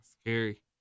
Scary